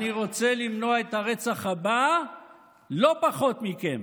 אני רוצה למנוע את הרצח הבא לא פחות מכם,